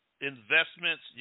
investments